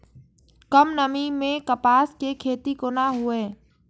कम नमी मैं कपास के खेती कोना हुऐ?